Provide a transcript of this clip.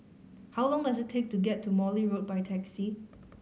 how long does it take to get to Morley Road by taxi